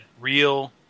real